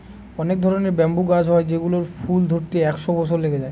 অনেক ধরনের ব্যাম্বু গাছ হয় যেগুলোর ফুল ধরতে একশো বছর লেগে যায়